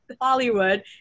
Hollywood